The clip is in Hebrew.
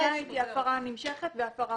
ההפרה השנייה היא תהיה הפרה נמשכת והפרה חוזרת.